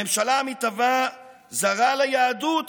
הממשלה המתהווה זרה ליהדות